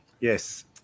Yes